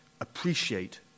appreciate